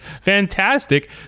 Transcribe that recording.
Fantastic